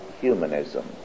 humanism